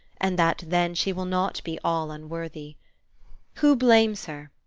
and that then she will not be all-unworthy. who blames her?